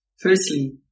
Firstly